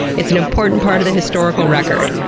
it's an important part of the historical record.